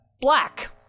black